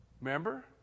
Remember